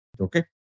Okay